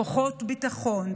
כוחות ביטחון,